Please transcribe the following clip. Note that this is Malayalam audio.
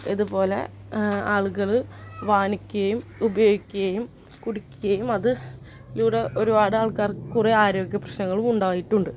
ഇതുപോലെ ആളുകൾ വാങ്ങിക്കുകയും ഉപയോഗിക്കുകയും കുടിക്കുകയും അത് ഇവിടെ ഒരുപാട് ആൾക്കാർക്ക് കുറെ ആരോഗ്യ പ്രശ്നങ്ങളുമുണ്ടായിട്ടുണ്ട്